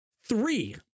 three